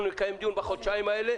אנחנו נקיים דיון בחודשיים האלה,